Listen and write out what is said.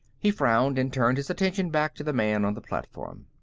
he frowned and turned his attention back to the man on the platform.